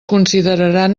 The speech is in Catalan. consideraran